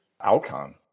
outcome